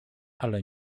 ale